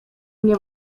mnie